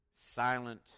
silent